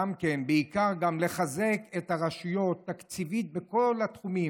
בעיקר גם לחזק את הרשויות תקציבית בכל התחומים,